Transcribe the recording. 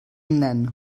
nen